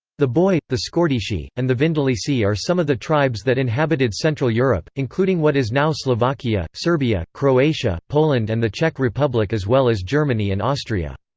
the boii, the scordisci, and the vindelici are some of the tribes that inhabited central europe, including what is now slovakia, serbia, croatia, poland and the czech republic as well as germany and austria.